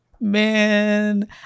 Man